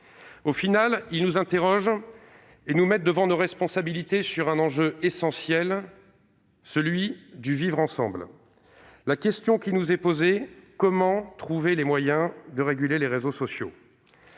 Au final, ils nous interrogent et nous mettent devant nos responsabilités sur un enjeu essentiel, celui du vivre ensemble. La question qui nous est posée est celle-ci : comment trouver les moyens de réguler les réseaux sociaux ?